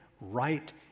right